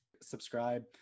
subscribe